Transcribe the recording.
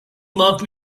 love